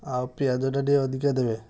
ଆଉ ପିଆଜଟା ଟିକେ ଅଧିକା ଦେବେ